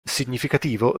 significativo